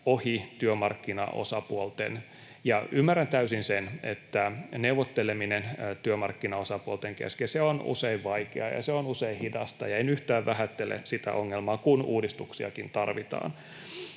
ohi työmarkkinaosapuolten. Ymmärrän täysin sen, että neuvotteleminen työmarkkinaosapuolten kesken on usein vaikeaa ja se on usein hidasta, ja en yhtään vähättele sitä ongelmaa, kun uudistuksiakin tarvitaan,